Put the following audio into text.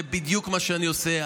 וזה בדיוק מה שאני עושה.